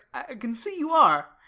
i can see you are.